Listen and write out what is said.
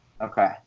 Okay